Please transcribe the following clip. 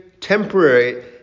temporary